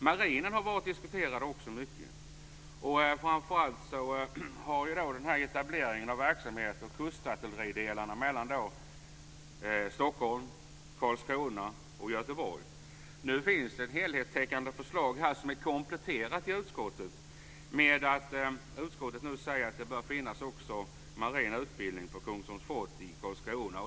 Marinen har också varit mycket diskuterad, framför allt en etablering av verksamheten och kustartilleridelarna mellan Stockholm, Karlskrona och Göteborg. Nu finns det ett helhetstäckande förslag som är kompletterat i utskottet med att utskottet nu säger att det också bör finnas marin utbildning på Kungsholms fort i Karlskrona.